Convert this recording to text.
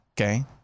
Okay